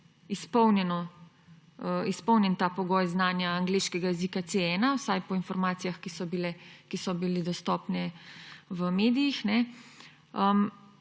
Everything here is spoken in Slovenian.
izpolnjen pogoj znanja angleškega jezika C1, vsaj po informacijah, ki so bile dostopne v medijih,